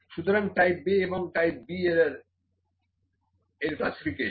সুতরাং type A এবং type B error এর ক্লাসিফিকেশন